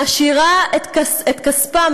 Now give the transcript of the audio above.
מעשירה את כספם,